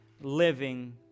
living